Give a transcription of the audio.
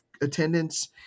attendance